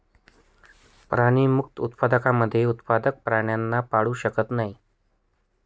प्राणीमुक्त उत्पादकांमध्ये उत्पादक प्राण्यांना पाळू शकत नाही